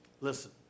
Listen